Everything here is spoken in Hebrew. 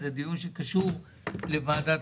זה דיון שקשור לוועדת